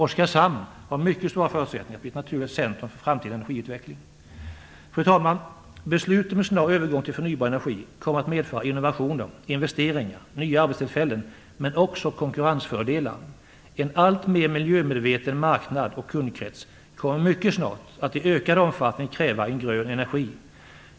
Oskarshamn har mycket stora förutsättningar att bli ett naturligt centrum för framtida energiutveckling. Fru talman! Beslut om en snar övergång till förnybar energi kommer att medföra innovationer, investeringar, nya arbetstillfällen, men också konkurrensfördelar. En alltmer miljömedveten marknad och kundkrets kommer mycket snart att i ökad omfattning kräva en "grön energi".